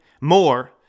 more